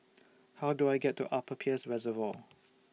How Do I get to Upper Peirce Reservoir